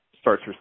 starts